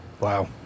Wow